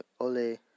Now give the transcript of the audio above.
Ole